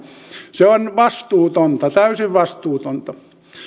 se on vastuutonta täysin vastuutonta